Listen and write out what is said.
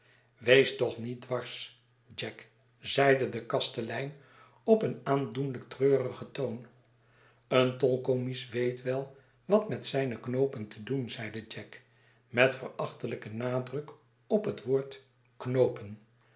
wees toch niet dwars jack zeide de kastelein op een aandoenlijk treurigen toon een tolkommies weet wel wat met zijne knoopen te doen zeide jack met verachtetijken nadruk op het woord knoopen